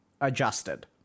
adjusted